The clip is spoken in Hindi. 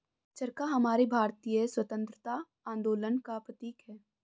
चरखा हमारे भारतीय स्वतंत्रता आंदोलन का प्रतीक है